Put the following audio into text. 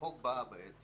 החוק בא בעצם